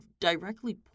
directly